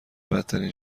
بدترین